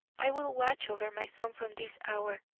i will watch over my son from this hour,